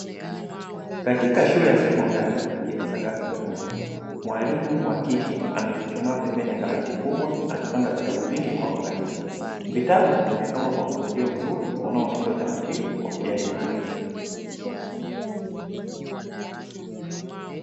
Katika shule ya sekondari yenye sakafu jekundu, mwalimu wa kike amechuchumaa pembeni ya kabati kubwa akipanga vitabu vingi kwa uangalifu. Vitabu vimepangwa kwa mpangilio mzuri unaoonesha utaratibu wa kujali maarifa.